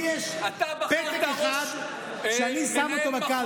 לי יש פתק אחד שאני שם אותו בקלפי.